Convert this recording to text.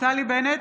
נפתלי בנט,